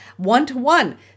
one-to-one